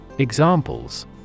Examples